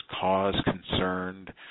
cause-concerned